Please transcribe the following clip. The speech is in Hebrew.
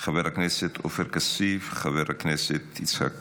חבר הכנסת עופר כסיף, חבר הכנסת יצחק פינדרוס,